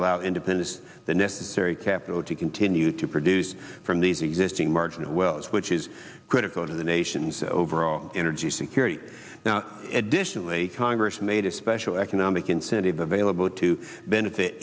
allow independence the necessary capital to continue to produce from these existing marginal wells which is critical to the nation's overall energy security now additionally congress made a special economic incentive available to benefit